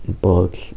books